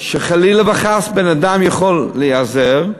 שחלילה וחס בן-אדם יכול להיעזר,